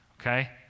okay